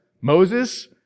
Moses